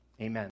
Amen